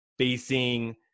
Facing